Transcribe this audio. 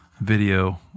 video